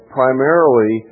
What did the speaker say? primarily